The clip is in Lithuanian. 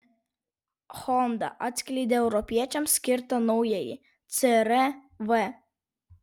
honda atskleidė europiečiams skirtą naująjį cr v